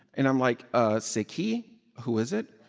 and i'm like, ah c'est qui? who is it?